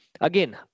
again